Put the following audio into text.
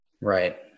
right